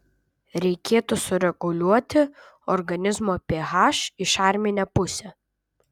reikėtų sureguliuoti organizmo ph į šarminę pusę